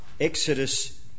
Exodus